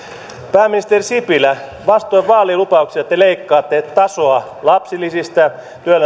pääministeri sipilä vastoin vaalilupauksia te leikkaatte tasoa lapsilisistä